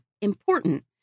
important